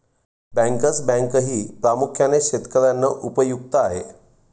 bankers बँकही प्रामुख्याने शेतकर्यांना उपयुक्त आहे